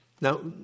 Now